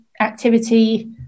activity